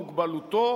מוגבלותו,